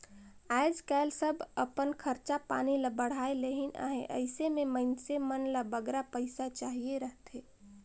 आएज काएल सब अपन खरचा पानी ल बढ़ाए लेहिन अहें अइसे में मइनसे मन ल बगरा पइसा चाहिए रहथे